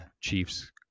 Chiefs